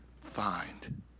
find